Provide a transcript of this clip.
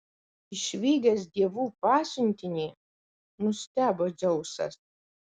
išvydęs dievų pasiuntinį nustebo dzeusas